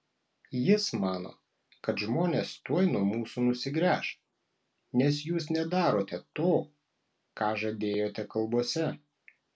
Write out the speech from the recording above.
jis mano kad žmonės tuoj nuo mūsų nusigręš nes jūs nedarote to ką žadėjote kalbose